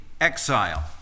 exile